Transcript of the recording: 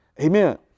Amen